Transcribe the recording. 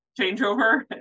changeover